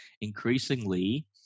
increasingly